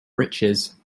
riches